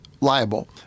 liable